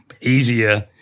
easier